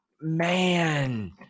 Man